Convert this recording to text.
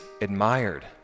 admired